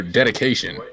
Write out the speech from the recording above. dedication